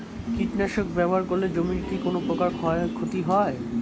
কীটনাশক ব্যাবহার করলে জমির কী কোন প্রকার ক্ষয় ক্ষতি হয়?